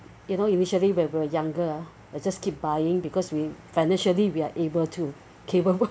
you know initially when we were younger ah we just keep buying because we financially we're able to capable